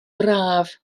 braf